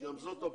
זאת גם אופציה.